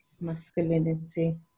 masculinity